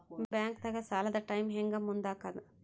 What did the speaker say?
ಬ್ಯಾಂಕ್ದಾಗ ಸಾಲದ ಟೈಮ್ ಹೆಂಗ್ ಮುಂದಾಕದ್?